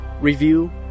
review